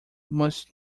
must